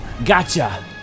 Gotcha